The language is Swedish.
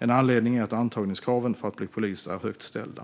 En anledning är att antagningskraven för att bli polis är högt ställda.